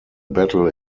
battle